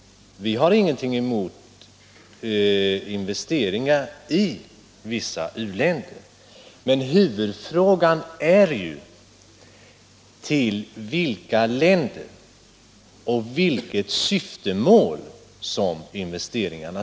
Vi har ingenting emot investeringar i vissa u-länder. Men huvudfrågan är ju till vilka länder investeringarna skall gå och vilket syftemål de skall ha.